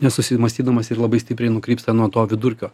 nesusimąstydamas ir labai stipriai nukrypsta nuo to vidurkio